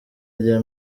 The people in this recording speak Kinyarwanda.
rya